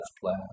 plan